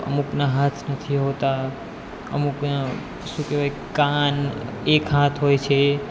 અમુકના હાથ નથી હોતાં અમુકને શું કહેવાય કાન એક હાથ હોય છે